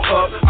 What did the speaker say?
up